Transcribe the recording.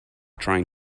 trying